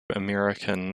american